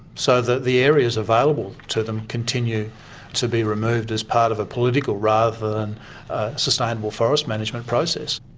so that the areas available to them continue to be removed as part of a political rather than a sustainable forest management process.